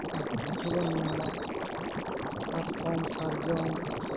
ᱵᱚᱦᱩᱛ ᱠᱤᱪᱷᱩᱵᱚᱱ ᱧᱟᱢᱟ ᱢᱟᱛᱠᱚᱢ ᱥᱟᱨᱡᱚᱢ